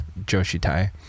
joshitai